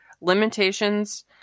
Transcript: Limitations